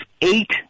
eight